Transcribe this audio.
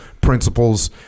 principles